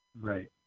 right